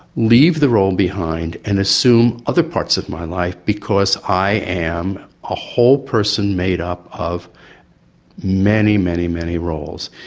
leave the role behind and assume other parts of my life because i am a whole person made up of many, many, many roles.